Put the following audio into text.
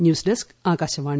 news desk Akashvani